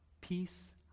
Peace